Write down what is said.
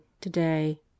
today